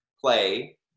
play